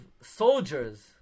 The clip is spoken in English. soldiers